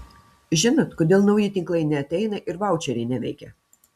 žinot kodėl nauji tinklai neateina ir vaučeriai neveikia